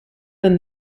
than